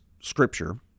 scripture